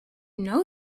know